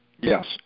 Yes